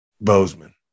Bozeman